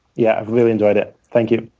yeah, i've really enjoyed it. thank you.